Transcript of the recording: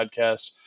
podcast